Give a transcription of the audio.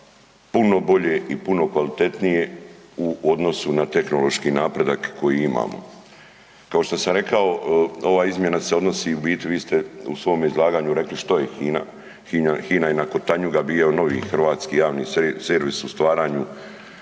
puno bolje i puno kvalitetnije u odnosu na tehnološki napredak koji imamo. Kao što sam rekao ova izmjena se odnosi u biti, vi ste u svom izlaganju rekli što je HINA, HINA je nakon Tanjuga bio novi hrvatski javni servis u stvaranju